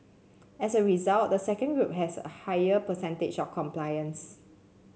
as a result the second has a higher percentage of compliance